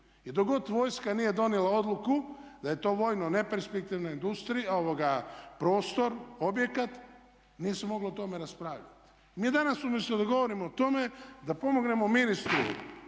I dok god vojska nije donijela odluku da je to vojno neperspektivna industrija, prostor, objekata nije se moglo o tome raspravljat. Mi danas umjesto da govorimo o tome, da pomognemo ministru